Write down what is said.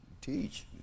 teach